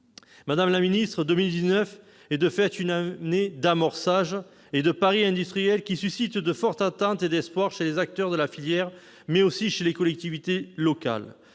Madame la secrétaire d'État, 2019 est, de fait, une année d'amorçage et de pari industriel, qui suscite de fortes attentes et espoirs chez les acteurs de la filière, mais aussi chez les collectivités locales.